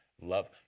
love